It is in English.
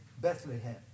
Bethlehem